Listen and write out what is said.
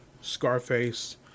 scarface